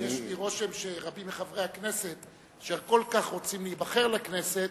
יש לי רושם שרבים מחברי הכנסת אשר כל כך רוצים להיבחר לכנסת